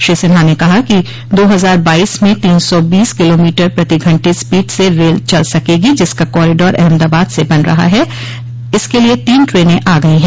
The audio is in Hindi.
श्री सिन्हा ने कहा कि दो हजार बाईस में तीन सौ बोस किलोमीटर प्रति घंटे की स्पीड से रेल चल सकेगी जिसका कॉरिडोर अहमदाबाद से बन रहा है इसके लिये तीन ट्रेने आ गई है